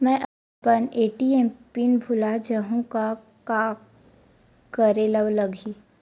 मैं अपन ATM pin भुला जहु का करे ला लगही?